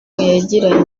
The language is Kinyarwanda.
yagiranye